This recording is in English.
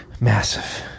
massive